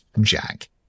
Jack